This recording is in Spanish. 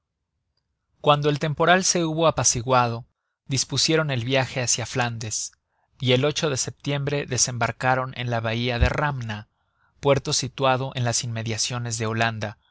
cuando el temporal se hubo apaciguado dispusieron el viaje hácia flandes y el de setiembre desembarcaron en la bahia de ramna puerto situado en las inmediaciones de holanda